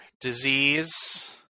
disease